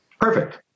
perfect